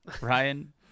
Ryan